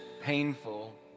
painful